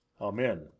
Amen